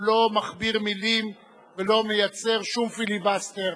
הוא לא מכביר מלים והוא לא מייצר שום פיליבסטר,